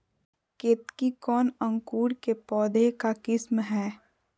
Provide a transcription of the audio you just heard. केतकी कौन अंकुर के पौधे का किस्म है?